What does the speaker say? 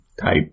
type